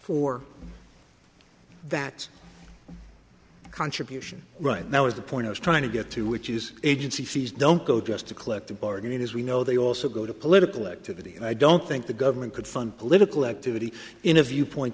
for that contribution right now is the point i was trying to get to which is agency fees don't go just to collective bargaining as we know they also go to political activity and i don't think the government could fund political activity in a viewpoint